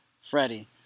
Freddie